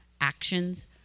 actions